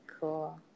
Cool